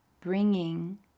bringing